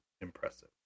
impressive